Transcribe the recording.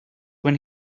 when